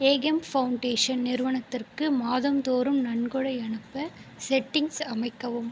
Ekam foundation நிறுவனத்திற்கு மாதம்தோறும் நன்கொடை அனுப்ப செட்டிங்ஸ் அமைக்கவும்